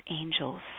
angels